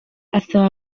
asaba